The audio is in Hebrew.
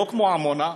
לא כמו עמונה.